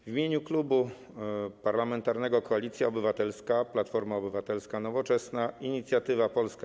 W imieniu Klubu Parlamentarnego Koalicja Obywatelska - Platforma Obywatelska, Nowoczesna, Inicjatywa Polska,